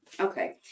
Okay